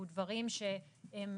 אלה דברים שהם